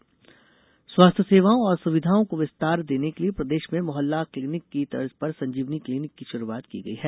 संजीवनी clinic शुभारंभ स्वास्थ्य सेवाओं और सुविघाओं को विस्तार देने के लिए प्रदेश में मोहल्ला क्लिनिक की तर्ज पर संजीवनी क्लिनिक की शुरुआत की गई है